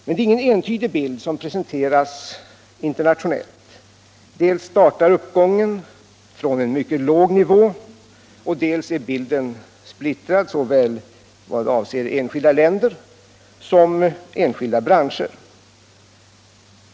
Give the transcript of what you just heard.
Men det är ingen entydig bild som presenteras internationellt. Dels startar uppgången från en mycket låg nivå, dels är bilden splittrad vad avser såväl enskilda länder som enskilda branscher.